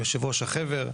יושב ראש החבר.